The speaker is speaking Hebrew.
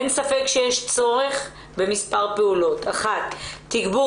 אין ספק שיש צורך במספר פעולות: תגבור